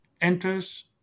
enters